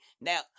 Now